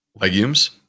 legumes